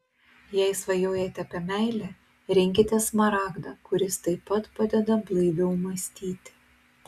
jei svajojate apie meilę rinkitės smaragdą kuris taip pat padeda blaiviau mąstyti